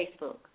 Facebook